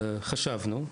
חשבנו,